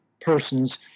persons